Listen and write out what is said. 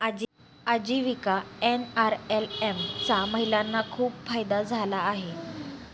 आजीविका एन.आर.एल.एम चा महिलांना खूप फायदा झाला आहे